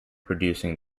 producing